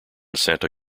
santa